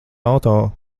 auto